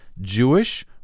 Jewish